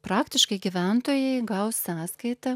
praktiškai gyventojai gaus sąskaitą